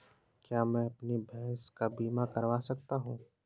क्या मैं अपनी भैंस का बीमा करवा सकता हूँ?